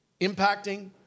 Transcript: impacting